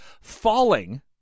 falling